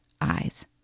eyes